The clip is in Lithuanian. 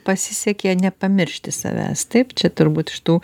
pasisekė nepamiršti savęs taip čia turbūt iš tų